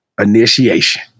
Initiation